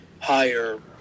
higher